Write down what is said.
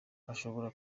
ashobora